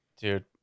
Dude